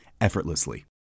effortlessly